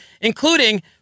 including